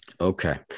Okay